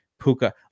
Puka